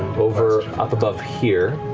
over, up above here.